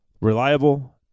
Reliable